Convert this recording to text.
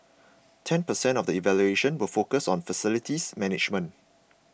ten percent of the evaluation will focus on facilities management